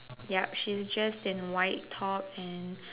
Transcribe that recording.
yup she's just in white top and